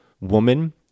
woman